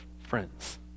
friends